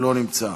לא נמצא,